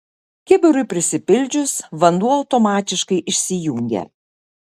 kibirui prisipildžius vanduo automatiškai išsijungia